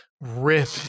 rip